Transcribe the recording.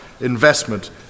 investment